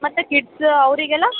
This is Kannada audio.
ಮತ್ತು ಕಿಡ್ಸ ಅವ್ರಿಗೆಲ್ಲ